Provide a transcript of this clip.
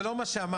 זה לא מה שאמרתי,